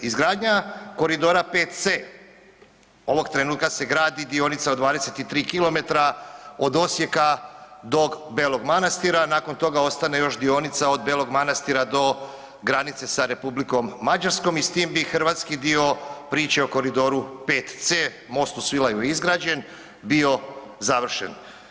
Izgradnja Koridora Vc ovog trenutka se gradi dionica od 23 km od Osijeka do Belog Manastira, nakon toga ostane još dionica od Belog Manastira do granice sa Republikom Mađarskom i s tim bi hrvatski dio priče o Koridoru Vc, mostu Svilaju izgrađen bio završen.